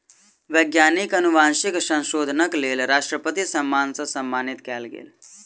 वैज्ञानिक अनुवांशिक संशोधनक लेल राष्ट्रपति सम्मान सॅ सम्मानित कयल गेल